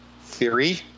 theory